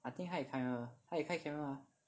I think 他有开 camera 他有开 camera 啊